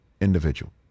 individual